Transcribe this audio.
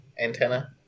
antenna